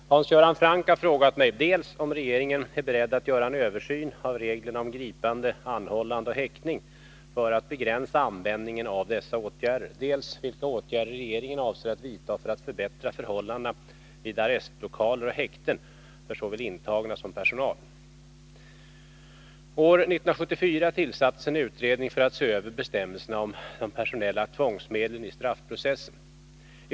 Herr talman! Hans Göran Franck har frågat mig dels om regeringen är beredd att göra en översyn av reglerna om gripande, anhållande och häktning för att begränsa användningen av dessa åtgärder, dels vilka åtgärder regeringen avser att vidta för att förbättra förhållandena vid arrestlokaler och häkten för såväl intagna som personal. År 1974 tillsattes en utredning för att se över bestämmelserna om de personella tvångsmedlen i straffprocessen.